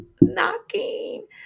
knocking